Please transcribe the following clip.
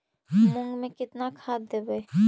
मुंग में केतना खाद देवे?